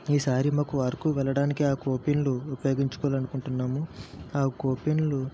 ఈ సారి మాకు అరకు వెళ్లడానికి ఆ కూపెన్లు ఉపయోగించుకోవాలనుకుంటున్నాము ఆ కూపెన్లు